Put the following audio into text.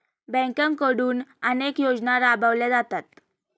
बँकांकडून अनेक योजना राबवल्या जातात